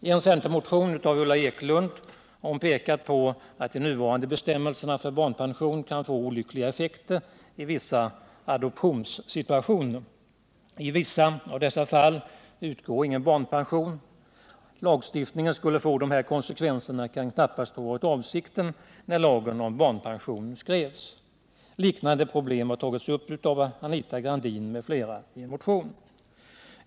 I en centermotion har Ulla Ekelund pekat på att de nuvarande bestämmelserna för barnpension kan få olyckliga effekter i vissa adoptionsfall så till vida att ingen barnpension utgår. Att lagstiftningen skulle få sådana konsekvenser kan knappast ha varit avsikten när lagen om barnpension skrevs. Liknande problem har tagits upp i en motion av Anita Gradin m.fl.